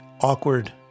awkward